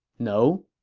no.